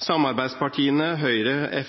Samarbeidspartiene Høyre, Fremskrittspartiet,